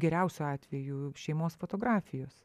geriausiu atveju šeimos fotografijos